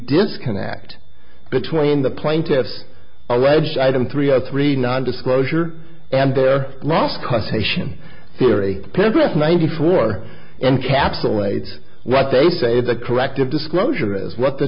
disconnect between the plaintiffs alleged item three o three non disclosure and their loss causation theory paragraph ninety four encapsulates what they say the corrective disclosure is what the